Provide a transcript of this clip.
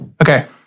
Okay